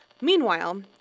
Meanwhile